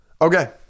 Okay